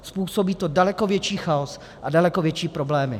Způsobí to daleko větší chaos a daleko větší problémy.